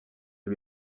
lui